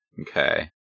Okay